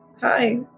hi